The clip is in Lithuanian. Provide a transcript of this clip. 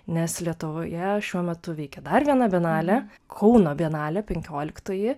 nes lietuvoje šiuo metu veikia dar viena bienalė kauno bienalė penkioliktoji